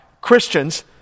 Christians